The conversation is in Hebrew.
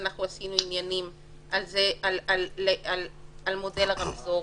עשינו עניינים על מודל הרמזור,